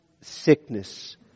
sickness